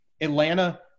Atlanta